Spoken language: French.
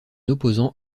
opposant